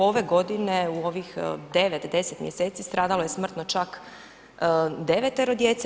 Ove godine u ovih devet, deset mjeseci stradalo je smrtno čak 9 djece.